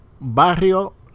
Barrio